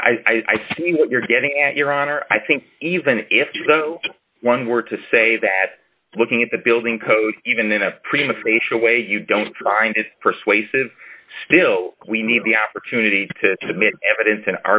i see what you're getting at your honor i think even if one were to say that looking at the building code even in a prima facia way you don't find it persuasive still we need the opportunity to submit evidence an